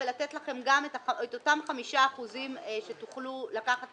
לתת לכם גם את אותם 5% שתוכלו לקחת